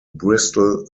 bristol